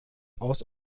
aus